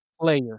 player